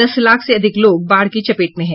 दस लाख से अधिक लोग बाढ़ की चपेट में हैं